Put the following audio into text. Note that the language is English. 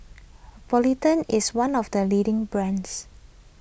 Polident is one of the leading brands